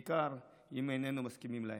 בעיקר אם איננו מסכימים איתם.